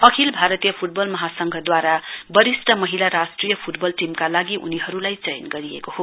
अखिल भारतीय फ्टबल महासंघद्वारा वरिष्ट महीला राष्ट्रिय फ्टबल टीमका लागि उनीहरुलाई चयन गरिएको हो